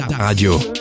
radio